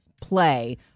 play